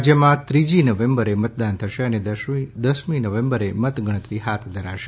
રાજ્યમાં ત્રીજી નવેમ્બરે મતદાન થશે અને દશમી નવેમ્બરે મતગણતરી હાથ ધરાશે